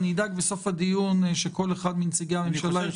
אדאג בסוף הדיון שכל אחד מנציגי הממשלה אם ירצה לסכם